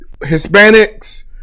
hispanics